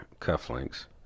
cufflinks